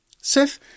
Seth